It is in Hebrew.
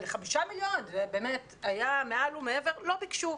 אבל חמישה מיליון זה באמת מעל ומעבר ולכן לא ביקשו.